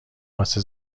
واسه